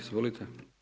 Izvolite.